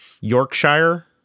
Yorkshire